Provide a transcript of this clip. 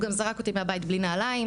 הוא גם זרק אותי מהבית בלי נעליים.